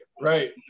Right